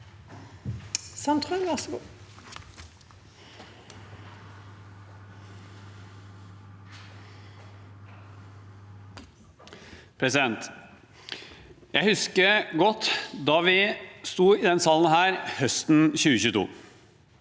Jeg husker godt da vi sto i denne salen høsten 2022.